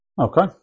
Okay